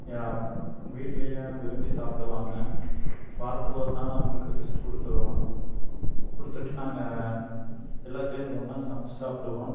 என் அப்போ வீட்டிலியும் விரும்பி சாப்பிடுவாங்க வாரத்தில் ஒரு நாள் அவங்களுக்கு ரெஸ்ட் கொடுத்துருவோம் கொடுத்துட்டு நாங்கள் எல்லாம் சேர்ந்து ஒன்றாக சமைச்சி சாப்பிடுவோம்